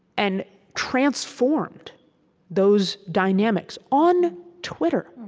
and transformed those dynamics on twitter,